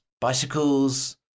bicycles